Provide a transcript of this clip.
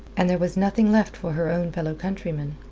and there was nothing left for her own fellow-countrymen.